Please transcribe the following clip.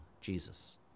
Jesus